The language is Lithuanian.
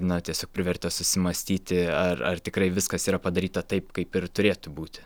na tiesiog privertė susimąstyti ar ar tikrai viskas yra padaryta taip kaip ir turėtų būti